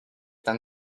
than